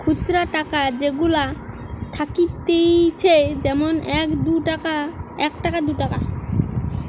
খুচরা টাকা যেগুলা থাকতিছে যেমন এক টাকা, দু টাকা